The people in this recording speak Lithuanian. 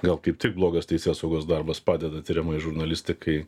gal kaip tik blogas teisėsaugos darbas padeda tiriamajai žurnalistikai